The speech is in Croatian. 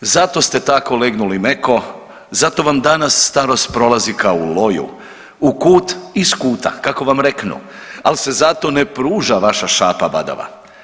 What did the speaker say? Zato ste tako legnuli meko, zato vam danas starost prolazi kao u loju, u kut iz kuta kako vam reknu, al se zato ne pruža vaša šapa badava.